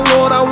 Lord